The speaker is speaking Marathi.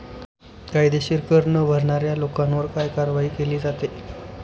कायदेशीर कर न भरणाऱ्या लोकांवर काय कारवाई केली जाते?